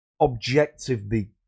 Objectively